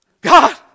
God